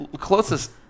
closest